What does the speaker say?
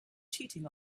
cheating